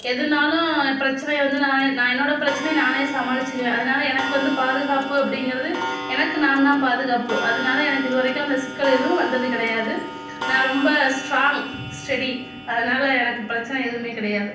எதுனாலும் பிரச்சனையை வந்து நான் நான் என்னோட பிரச்சனையை நான் சமாளித்துக்குவேன் அதனால எனக்கு வந்து பாதுகாப்பு அப்படிங்கிறது எனக்கு நான் தான் பாதுகாப்பு அதனால எனக்கு இது வரைக்கும் அந்த சிக்கல் எதுவும் வந்தது கிடையாது நான் ரொம்ப ஸ்ட்ராங் ஸ்டெடி அதனால எனக்கு பிரச்சனை எதுவும் கிடையாது